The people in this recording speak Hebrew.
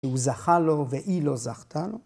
‫שהוא זכה לו והיא לא זכתה לו.